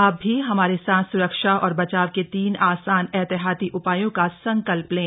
आप भी हमारे साथ सुरक्षा और बचाव के तीन आसान एहतियाती उपायों का संकल्प लें